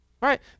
Right